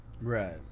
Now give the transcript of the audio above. right